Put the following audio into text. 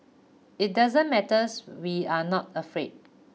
it doesn't matters we are not afraid